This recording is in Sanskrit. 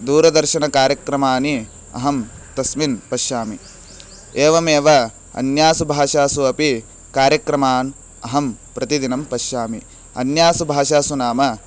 दूरदर्शनकार्यक्रमानि अहं तस्मिन् पश्यामि एवमेव अन्यासु भाषासु अपि कार्यक्रमान् अहं प्रतिदिनं पश्यामि अन्यासु भाषासु नाम